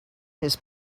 his